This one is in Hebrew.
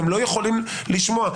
הם לא יכולים לשמוע.